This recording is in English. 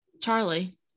Charlie